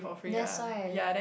that's why